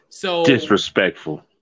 Disrespectful